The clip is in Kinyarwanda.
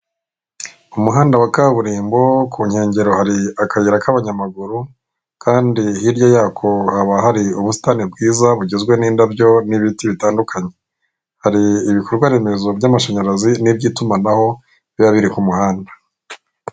Umuhanda wa kaburimbo, ku nkengero hari akayira k'abanyamaguru, kandi hirya yako haba hari ubusitani bwiza bugizwe n'indabyo n,ibitii bitandukanye. Hari ibikorwa remezo by'amashanyarazi n'iby'itumanaho biba biri ku muhanda.